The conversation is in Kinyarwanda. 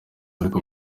ariko